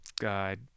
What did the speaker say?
God